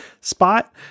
spot